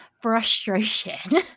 frustration